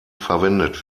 verwendet